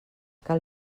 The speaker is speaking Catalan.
cal